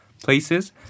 places